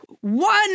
One